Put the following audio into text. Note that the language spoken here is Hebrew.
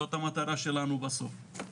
זאת המטרה שלנו בסוף.